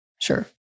Sure